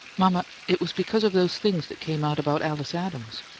mama, it was because of those things that came out about alice adams.